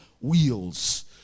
wheels